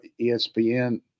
ESPN